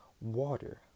water